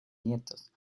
nietos